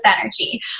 energy